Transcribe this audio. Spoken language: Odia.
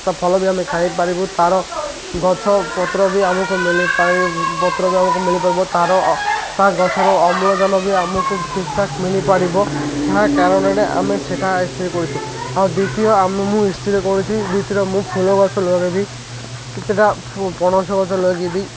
ତା ଫଲ ବି ଆମେ ଖାଇପାରିବୁ ତା'ର ଗଛ ପତ୍ର ବି ଆମୁକୁ ପତ୍ର ବି ଆମୁକୁ ମିଳିପାରିବ ତା'ର ତା ଗଛର ଅମ୍ଳଜାନ ବି ଆମୁକୁ ଠିକ୍ଠାକ୍ ମିଳିପାରିବ ତାହା କାରଣରେ ଆମେ ସେଟା ସ୍ଥିର କରିଛୁ ଆଉ ଦ୍ୱିତୀୟ ଆମ ମୁଁ ସ୍ଥିର କରୁଛି ଦ୍ୱିତୀୟର ମୁଁ ଫୁଲ ଗଛ ଲଗେଇବି କେତେଟା ପଣସ ଗଛ ଲଗେଇବି